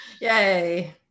yay